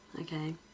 okay